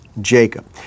Jacob